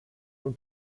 von